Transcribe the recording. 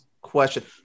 question